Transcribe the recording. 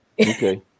Okay